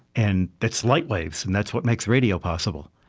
and that's light waves and that's what makes radio possible.